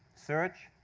search.